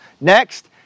Next